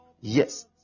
Yes